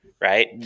right